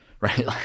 right